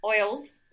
oils